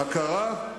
תקבל, הכרה,